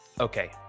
Okay